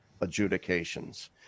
adjudications